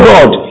God